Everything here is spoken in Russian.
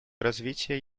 развития